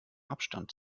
abstand